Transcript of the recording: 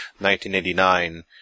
1989